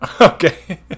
Okay